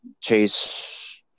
Chase